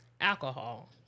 alcohol